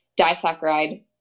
disaccharide